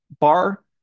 bar